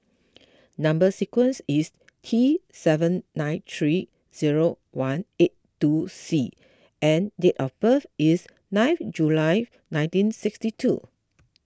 Number Sequence is T seven nine three zero one eight two C and date of birth is nine July nineteen sixty two